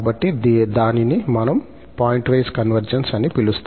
కాబట్టి దానిని మనం పాయింట్ వైస్ కన్వర్జెన్స్ అని పిలుస్తాము